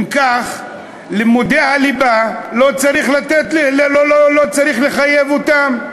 אם כך, לימודי הליבה, לא צריך לחייב אותם.